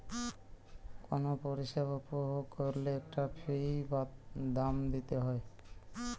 কুনো পরিষেবা উপভোগ কোরলে একটা ফী বা দাম দিতে হই